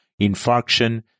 infarction